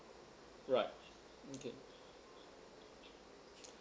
right okay